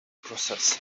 process